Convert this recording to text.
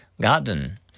Garden